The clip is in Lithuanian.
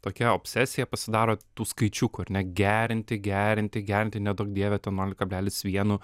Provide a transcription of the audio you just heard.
tokią obsesija pasidaro tų skaičiukų ar ne gerinti gerinti gerinti neduok dieve ten nol kablelis vienu